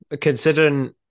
Considering